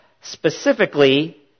specifically